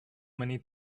many